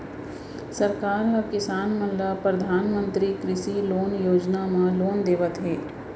सरकार ह किसान मन ल परधानमंतरी कृषि लोन योजना म लोन देवत हे